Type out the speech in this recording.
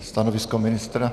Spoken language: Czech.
Stanovisko ministra?